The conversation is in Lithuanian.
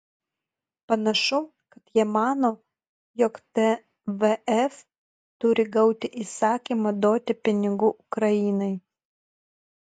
panašu kad jie mano jog tvf turi gauti įsakymą duoti pinigų ukrainai